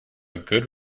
good